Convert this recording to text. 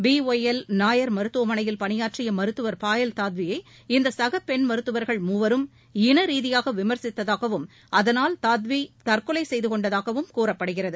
B Y L Nair மருத்துவமனையில் பணியாற்றிய மருத்துவர் பாயல் தாத்வியை இந்த சக பெண் மருத்துவர்கள் மூவரும் இன மரீதியாக விமர்சித்ததாகவும் அதனால் தாத்வி தற்கொலை செய்து கொண்டதாகவும் கூறப்படுகிறது